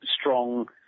strong